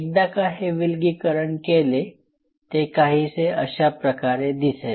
एकदा का हे विलगीकरण केले ते काहीसे अशाप्रकारे दिसेल